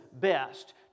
best